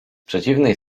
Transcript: przeciwnej